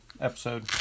episode